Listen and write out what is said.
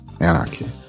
anarchy